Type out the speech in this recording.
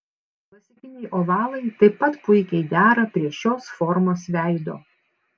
klasikiniai ovalai taip pat puikiai dera prie šios formos veido